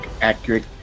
accurate